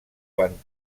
quan